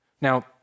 Now